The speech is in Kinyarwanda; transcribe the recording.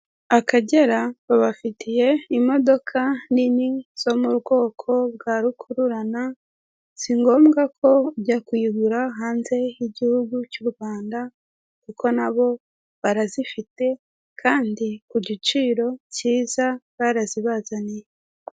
Akagera babafitiye imodoka nini zo mu bwoko bwa rukururana si ngombwa ko ujya kuyigura hanze y'igihugu cy'u rwanda kuko nabo barazifite kandi ku giciro cyiza barazibazaniye .